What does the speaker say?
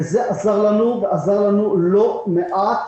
וזה עזר לנו לא מעט